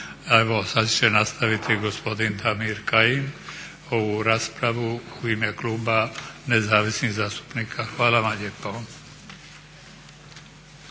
Evo sad će nastaviti gospodin Damir Kajin ovu raspravu u ime kluba nezavisnih zastupnika. Hvala vam lijepo.